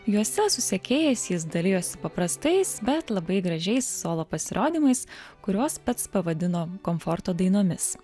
juose su sekėjais jis dalijasi paprastais bet labai gražiais solo pasirodymais kuriuos pats pavadino komforto dainomis